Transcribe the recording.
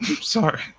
Sorry